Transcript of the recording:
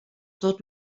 tot